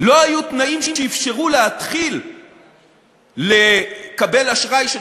לא היו תנאים שאפשרו להתחיל לקבל אשראי של